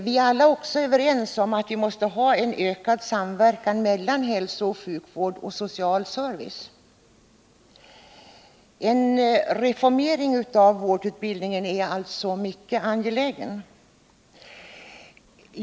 Vi är också alla överens om att vi måste ha en ökad samverkan mellan hälsooch sjukvård och social service. En reformering av vårdutbildningen är alltså mycket angelägen.